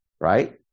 right